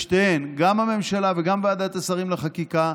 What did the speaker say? שתיהן, גם הממשלה וגם ועדת השרים לחקיקה,